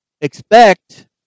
Expect